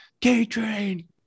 K-Train